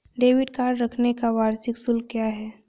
Debit card रखने का वार्षिक शुल्क क्या है?